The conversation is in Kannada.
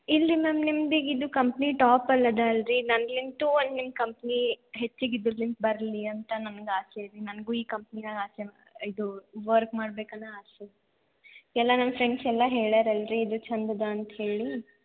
ಇಲ್ರಿ ಮ್ಯಾಮ್ ನಿಮ್ದು ಈಗ ಇದು ಕಂಪ್ನಿ ಟಾಪಲ್ಲಿ ಇದೆ ಅಲ್ರಿ ನಂಗ್ಲಿಂತು ಒಂದು ನಿಮ್ಮ ಕಂಪ್ನಿ ಹೆಚ್ಚಿಗೆ ಇದರಿಂದ ಬರಲಿ ಅಂತ ನನಗೆ ಆಸೆ ರೀ ನನಗೂ ಈ ಕಂಪ್ನೀನಲ್ಲಿ ಆಸೆ ಇದು ವರ್ಕ್ ಮಾಡ್ಬೇಕು ಅನ್ನೋ ಅಸೆ ಎಲ್ಲ ನನ್ನ ಫ್ರೆಂಡ್ಸೆಲ್ಲ ಹೇಳ್ಯಾರಲ್ರಿ ಇದು ಚೆಂದ ಇದೆ ಅಂತ ಹೇಳಿ